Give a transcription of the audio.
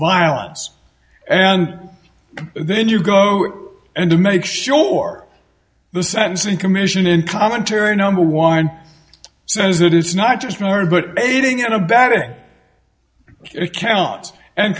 violence and then you go and to make sure the sentencing commission in commentary number one says that it's not just murder but baiting and abetting it counts and